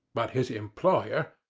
but his employer,